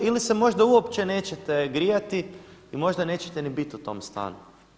Ili se možda uopće nećete grijati i možda nećete ni bit u tom stanu.